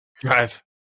Drive